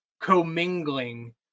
commingling